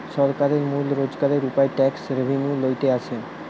সরকারের মূল রোজগারের উপায় ট্যাক্স রেভেন্যু লইতে আসে